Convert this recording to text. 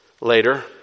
later